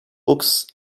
books